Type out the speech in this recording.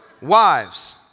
wives